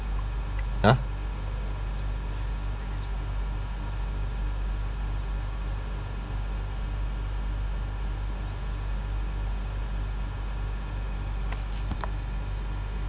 !huh!